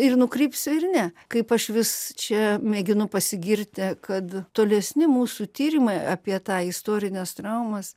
ir nukrypsiu ir ne kaip aš vis čia mėginu pasigirti kad tolesni mūsų tyrimai apie tą istorines traumas